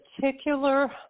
particular